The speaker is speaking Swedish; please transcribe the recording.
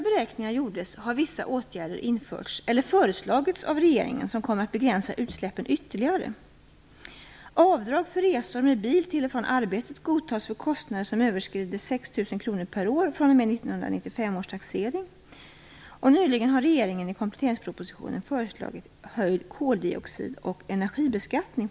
Det är av väsentligt intresse att en ytterligare överföring av gods från järnväg till väg kan begränsas. En sådan överföring av gods får negativa konsekvenser för miljön och för näringslivet.